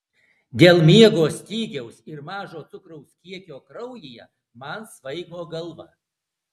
dėl miego stygiaus ir mažo cukraus kiekio kraujyje man svaigo galva